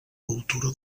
cultura